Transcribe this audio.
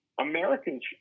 Americans